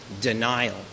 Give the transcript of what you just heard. denial